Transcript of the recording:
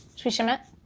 should we shim it?